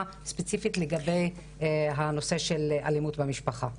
ספציפית לגבי הנושא של אלימות במשפחה.